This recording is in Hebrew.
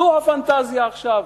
זאת הפנטזיה עכשיו.